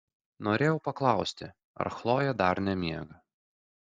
norėjau paklausti ar chlojė dar nemiega